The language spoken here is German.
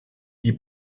die